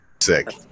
Sick